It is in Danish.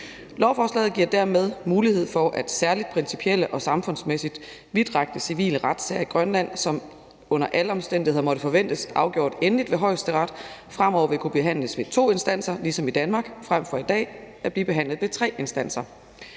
Lovforslaget giver dermed mulighed for, at særlig principielle og samfundsmæssigt vidtrækkende civile retssager i Grønland, som under alle omstændigheder måtte forventes afgjort endeligt ved Højesteret, fremover vil kunne behandles ved to instanser ligesom i Danmark, frem for i dag at blive behandlet ved tre instanser.